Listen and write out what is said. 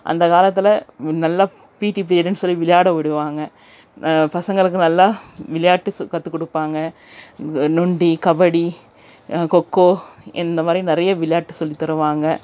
அந்த காலத்தில் முன்னெல்லாம் பீடி பீரியடுன்னு சொல்லி விளையாட விடுவாங்க பசங்களுக்கு நல்லா விளையாட்டு ஸ் கற்றுக் கொடுப்பாங்க நொண்டி கபடி கொக்கோ இந்த மாதிரி நிறைய விளையாட்டு சொல்லித் தருவாங்க